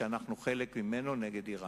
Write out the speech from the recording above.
שאנחנו חלק ממנו, נגד אירן.